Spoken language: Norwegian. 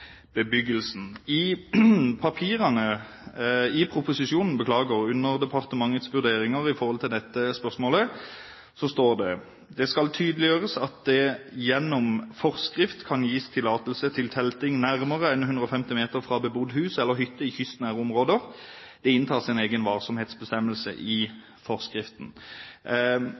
I proposisjonen – under departementets vurderinger av dette spørsmålet – står det at det skal «tydeliggjøres at det gjennom forskrift kan gis tillatelse til telting nærmere enn 150 meter fra bebodd hus eller hytte i kystnære områder», og at «det inntas en egen varsomhetsbestemmelse i forskriften».